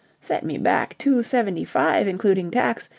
set me back two-seventy-five, including tax,